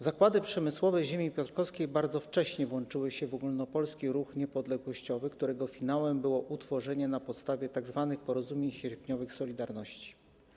Zakłady przemysłowe ziemi piotrkowskiej bardzo wcześnie włączyły się w ogólnopolski ruch niepodległościowy, którego finałem było utworzenie na podstawie tzw. porozumień sierpniowych „Solidarności”